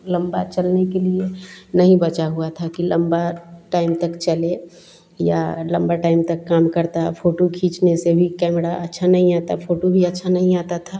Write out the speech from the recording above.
लम्बा चलने के लिए नहीं बचा हुआ था कि लम्बे टाइम तक चले या लम्बे टाइम तक काम करता फोटू खींचने से भी कैमड़ा अच्छा नहीं है तब फोटू भी अच्छा नहीं आता था